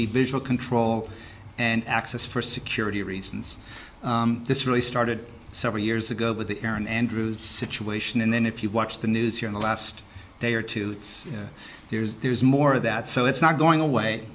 be visual control and access for security reasons this really started several years ago with the erin andrews situation and then if you watch the news here in the last day or two there's there's more of that so it's not going away